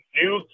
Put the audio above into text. new